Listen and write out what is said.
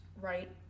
right